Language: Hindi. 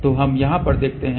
तो हम यहाँ पर देखते हैं